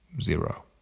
zero